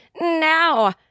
now